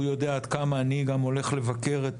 והוא יודע עד כמה אני גם הולך לבקר את